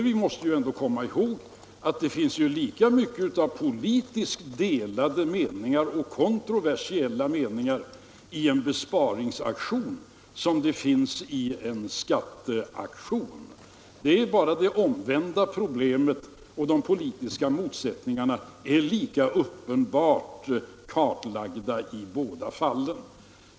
Vi måste ändå komma ihåg att det finns lika mycket av politiskt kontroversiella meningar i en besparingsaktion som i en skatteaktion — de politiska motsättningarna är lika uppenbara i båda fallen.